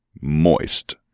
Moist